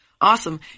Awesome